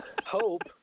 Hope